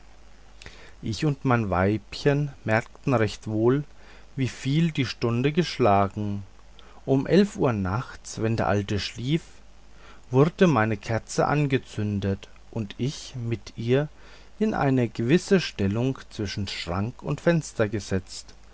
ich und mein weibchen merkten recht wohl wieviel die stunde geschlagen um elf uhr nachts wenn der alte schlief wurde meine kerze angezündet und ich mit ihr in eine gewisse stellung zwischen schrank und fenster gesetzt